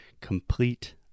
complete